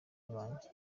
banjye